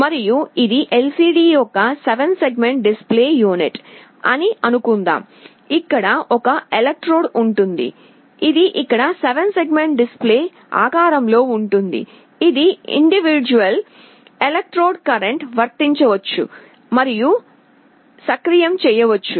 మరియు ఇది LCD యొక్క 7 సెగ్మెంట్ డిస్ప్లే యూనిట్ అని అనుకుందాం అక్కడ ఒక ఎలక్ట్రోడ్ ఉంటుంది ఇది ఇక్కడ 7 సెగ్మెంట్ డిస్ప్లే ఆకారంలో ఉంటుంది ఈ ఇండివిడ్యుఅల్ ఎలక్ట్రోడ్లు కరెంట్ వర్తించవచ్చు మరియు సక్రియం చేయవచ్చు